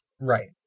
right